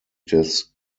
des